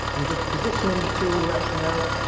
i'm just positioning the tool rest now.